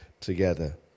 together